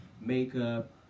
makeup